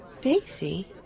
Pixie